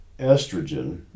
estrogen